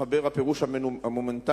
מחבר הפירוש המונומנטלי